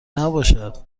نباشد